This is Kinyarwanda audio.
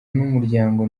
n’umuryango